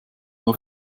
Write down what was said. nur